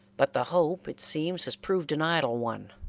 but the hope, it seems, has proved an idle one.